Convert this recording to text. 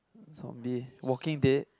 zombie Walking Dead